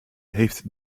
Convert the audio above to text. heeft